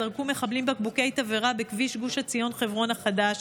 מחבלים זרקו בקבוקי תבערה בכביש גוש עציון חברון החדש.